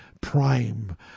prime